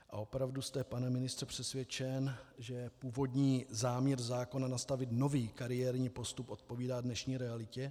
A opravdu jste, pane ministře, přesvědčen, že původní záměr zákona nastavit nový kariérní postup odpovídá dnešní realitě?